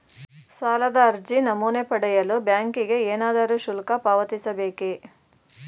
ಸಾಲದ ಅರ್ಜಿ ನಮೂನೆ ಪಡೆಯಲು ಬ್ಯಾಂಕಿಗೆ ಏನಾದರೂ ಶುಲ್ಕ ಪಾವತಿಸಬೇಕೇ?